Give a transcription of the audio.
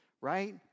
Right